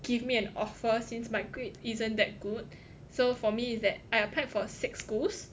give me an offer since my grade isn't that good so for me is that I applied for six schools